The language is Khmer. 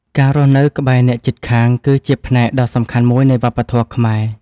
ការរស់នៅក្បែរអ្នកជិតខាងគឺជាផ្នែកដ៏សំខាន់មួយនៃវប្បធម៌ខ្មែរ។